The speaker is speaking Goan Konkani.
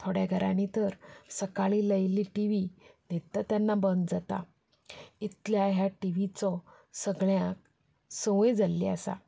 थोड्या घरांनी तर सकाळी लायिल्ली टी व्ही न्हिदता तेन्ना बंद जाता इतल्या ह्या टी व्हीचो सगळ्यांक संवय जाल्ली आसा